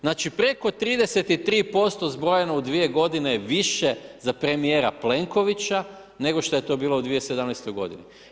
Znači preko 33% zbrojeno u dvije godine više za premijera Plenkovića nego što je to bilo u 2017. godini.